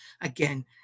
again